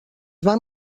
van